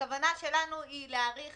הכוונה שלנו היא להאריך